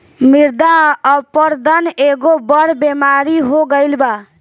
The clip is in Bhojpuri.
मृदा अपरदन एगो बड़ बेमारी हो गईल बा